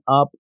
up